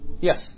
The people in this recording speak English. Yes